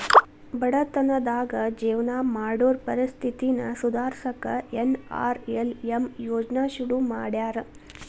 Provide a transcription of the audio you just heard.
ಬಡತನದಾಗ ಜೇವನ ಮಾಡೋರ್ ಪರಿಸ್ಥಿತಿನ ಸುಧಾರ್ಸಕ ಎನ್.ಆರ್.ಎಲ್.ಎಂ ಯೋಜ್ನಾ ಶುರು ಮಾಡ್ಯಾರ